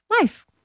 Life